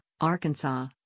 Arkansas